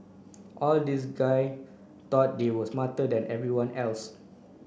all these guy thought they were smarter than everyone else